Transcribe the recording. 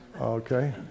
okay